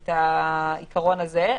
את העיקרון הזה,